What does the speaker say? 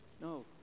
no